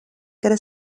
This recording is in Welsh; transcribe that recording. gyda